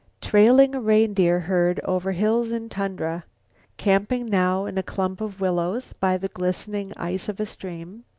trailing a reindeer herd over hills and tundra camping now in a clump of willows by the glistening ice of a stream,